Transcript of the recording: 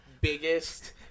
biggest